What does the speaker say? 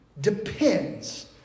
depends